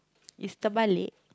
is the balik